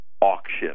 auction